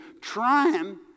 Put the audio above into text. trying